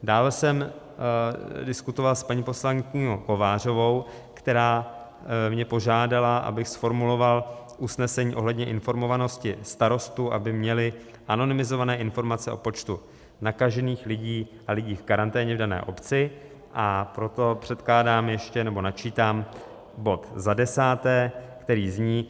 Dále jsem diskutoval s paní poslankyní Kovářovou, která mě požádala, abych zformuloval usnesení ohledně informovanosti starostů, aby měli anonymizované informace o počtu nakažených lidí a lidí v karanténě v dané obci, a proto předkládám ještě, nebo načítám bod, který zní: